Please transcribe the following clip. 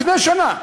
לפני שנה.